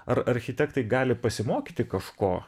ar architektai gali pasimokyti kažko